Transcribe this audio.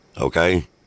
Okay